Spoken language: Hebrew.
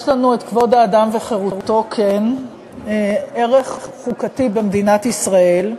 יש לנו כבוד האדם וחירותו כערך חוקתי במדינת ישראל,